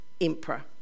emperor